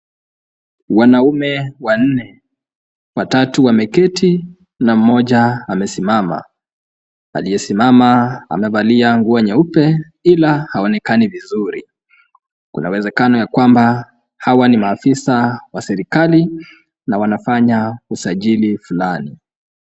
Wanaume wanne ,watatu wameketi na mmoja amesimama ,aliyesimama amevalia nguo nyeupe ila haonekani vizuri, kuna uwezekano ya kwamba hawa ni maafisa wa serikali na wanafanya usajili fulani.